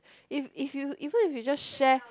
if if you even if you just share